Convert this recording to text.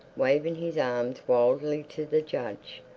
waving his arms wildly to the judge.